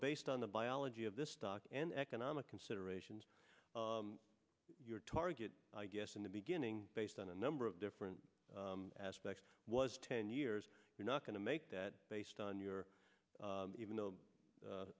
based on the biology of this stock and economic considerations your target i guess in the beginning based on a number of different aspects was ten years you're not going to make that based on your even th